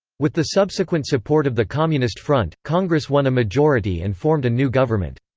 with the subsequent support of the communist front, congress won a majority and formed a new government.